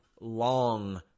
long